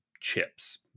chips